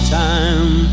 time